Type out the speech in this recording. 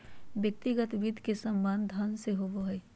व्यक्तिगत वित्त के संबंध धन से होबो हइ